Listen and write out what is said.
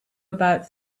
about